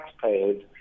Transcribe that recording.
taxpayers